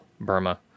Burma